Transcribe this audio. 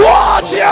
Watch